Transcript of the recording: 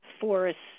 forests